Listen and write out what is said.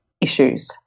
issues